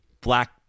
Black